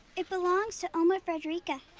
it belongs to oma fredericka.